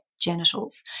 genitals